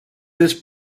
this